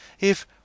if